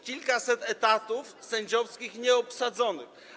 Kilkaset etatów sędziowskich nieobsadzonych.